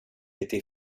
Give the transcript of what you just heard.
été